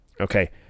Okay